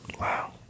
wow